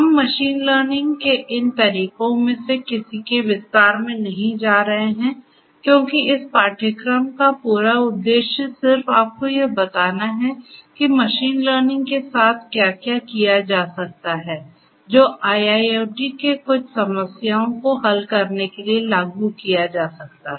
हम machine learning के इन तरीकों में से किसी के विस्तार में नहीं जा रहे हैं क्योंकि इस पाठ्यक्रम का पूरा उद्देश्य सिर्फ आपको यह बताना है कि मशीन लर्निंग के साथ क्या किया जा सकता है जो IIoT के कुछ समस्याओं को हल करने के लिए लागू किया जा सकता है